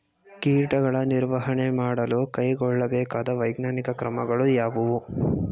ಕೀಟಗಳ ನಿರ್ವಹಣೆ ಮಾಡಲು ಕೈಗೊಳ್ಳಬೇಕಾದ ವೈಜ್ಞಾನಿಕ ಕ್ರಮಗಳು ಯಾವುವು?